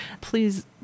please